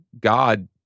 God